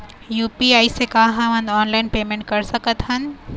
UPI से का हमन ऑनलाइन पेमेंट कर सकत हन?